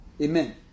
Amen